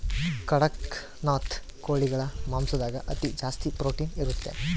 ಕಡಖ್ನಾಥ್ ಕೋಳಿಗಳ ಮಾಂಸದಾಗ ಅತಿ ಜಾಸ್ತಿ ಪ್ರೊಟೀನ್ ಇರುತ್ತೆ